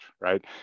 right